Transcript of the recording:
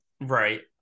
Right